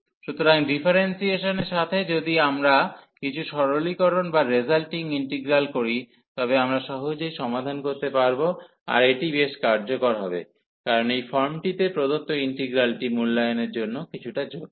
সুতরাং ডিফারেন্সিয়েশনের সাথে যদি আমরা কিছু সরলীকরণ বা রেজালটিং ইন্টিগ্রাল করি তবে আমরা সহজেই সমাধান করতে পারব আর এটি বেশ কার্যকর হবে কারণ এই ফর্মটিতে প্রদত্ত ইন্টিগ্রালটি মূল্যায়নের জন্য কিছুটা জটিল